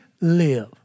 live